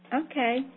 Okay